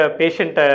patient